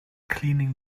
cleaning